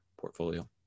portfolio